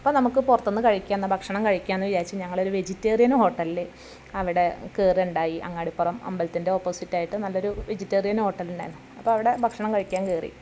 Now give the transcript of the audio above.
അപ്പോൾ നമുക്ക് പുറത്തു നിന്ന് കഴിക്കാം എന്നാണ് ഭക്ഷണം കഴിക്കാം എന്ന് വിചാരിച്ച് ഞങ്ങൾ ഒരു വെജിറ്റേറിയൻ ഹോട്ടലിൽ അവിടെ കയറുകയുണ്ടായി അങ്ങാടിപ്പുറം അമ്പലത്തിൻ്റെ ഓപ്പോസിറ്റായിട്ട് നല്ലൊരു വെജിറ്റേറിയൻ ഹോട്ടലുണ്ടായിരുന്നു അപ്പോൾ അവിടെ ഭക്ഷണം കഴിക്കാൻ കയറി